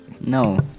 No